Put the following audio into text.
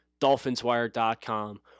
DolphinsWire.com